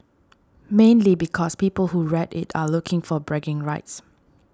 mainly because people who red it are looking for bragging rights